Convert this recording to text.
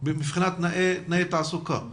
מבחינת תנאי תעסוקה.